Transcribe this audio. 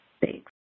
Thanks